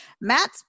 Matt